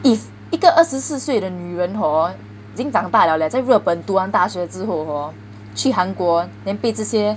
if 一个二十四岁的女人 hor 已经长大 liao leh 在日本读完大学之后 hor 去韩国 then 被这些